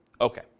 Okay